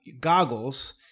goggles